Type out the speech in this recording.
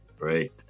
Great